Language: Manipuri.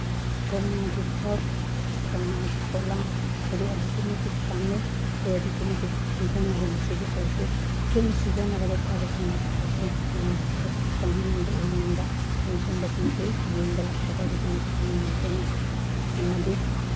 ꯀꯧꯅꯥꯒꯤ ꯐꯛ ꯀꯧꯅꯥꯒꯤ ꯄꯣꯂꯥꯡ ꯍꯧꯖꯤꯛ ꯑꯗꯨꯛꯀꯤ ꯃꯇꯤꯛ ꯄꯥꯝꯅꯩ ꯑꯩꯈꯣꯏ ꯑꯗꯨꯛꯀꯤ ꯃꯇꯤꯛ ꯁꯤꯖꯤꯟꯅꯔꯦ ꯃꯁꯤꯒꯤ ꯄꯣꯠꯁꯤ ꯑꯩꯈꯣꯏꯅ ꯁꯤꯖꯤꯟꯅꯔꯕ ꯐꯔꯦ ꯈꯪꯉꯕ ꯄꯣꯠꯁꯦ ꯃꯌꯥꯝꯗꯁꯨ ꯈꯪꯍꯟꯅꯤꯡꯕ ꯎꯍꯟꯅꯤꯡꯕ ꯑꯗꯨꯅ ꯁꯨꯒꯨꯝꯕꯁꯤꯡꯁꯤ ꯌꯦꯡꯕ ꯂꯥꯛꯄꯗ ꯑꯗꯨꯛꯀꯤ ꯃꯇꯤꯛ ꯅꯨꯡꯉꯥꯏꯒꯅꯤ ꯑꯃꯗꯤ